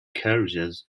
carriages